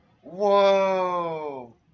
Whoa